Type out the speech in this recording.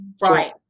Right